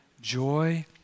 joy